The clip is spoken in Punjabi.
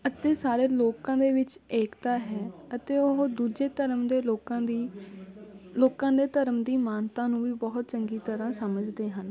ਅਤੇ ਸਾਰੇ ਲੋਕਾਂ ਦੇ ਵਿੱਚ ਏਕਤਾ ਹੈ ਅਤੇ ਉਹ ਦੂਜੇ ਧਰਮ ਦੇ ਲੋਕਾਂ ਦੀ ਲੋਕਾਂ ਦੇ ਧਰਮ ਦੀ ਮਾਨਤਾ ਨੂੰ ਵੀ ਬਹੁਤ ਚੰਗੀ ਤਰ੍ਹਾਂ ਸਮਝਦੇ ਹਨ